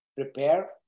prepare